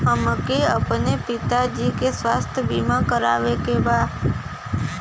हमके अपने पिता जी के स्वास्थ्य बीमा करवावे के बा?